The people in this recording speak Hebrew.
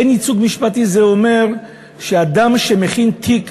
אין ייצוג משפטי, זה אומר שאדם שמכין תיק